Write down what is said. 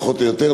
פחות או יותר,